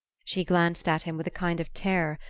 she glanced at him with a kind of terror,